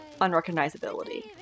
unrecognizability